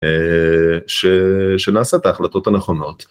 שנעשה את ההחלטות הנכונות.